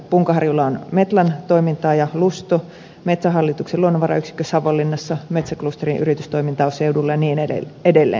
punkaharjulla on metlan toimintaa ja lusto metsähallituksen luonnonvarayksikkö savonlinnassa metsäklusterin yritystoimintaa on seudulla ja niin edelleen